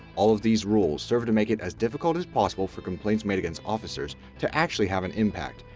all of these rules serve to make it as difficult as possible for complaints made against officers to actually have an impact,